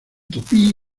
tupí